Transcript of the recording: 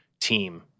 team